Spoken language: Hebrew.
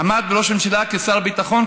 עמד בראשות הממשלה כשר הביטחון,